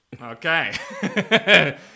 Okay